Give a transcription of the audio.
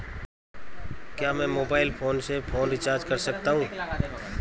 क्या मैं mobile phone से फोन रिचार्ज कर सकता हूं?